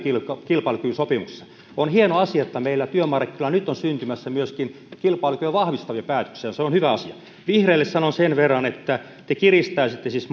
kilpailukykysopimuksessa on hieno asia että meillä työmarkkinoilla nyt on syntymässä myöskin kilpailukykyä vahvistavia päätöksiä se on hyvä asia vihreille sanon sen verran että te kiristäisitte siis